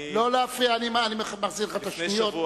אני מחזיר לך את השניות.